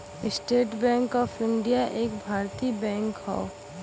estate bank of India एक भारतीय bank हौ